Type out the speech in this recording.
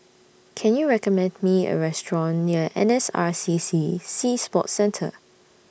Can YOU recommend Me A Restaurant near N S R C C Sea Sports Centre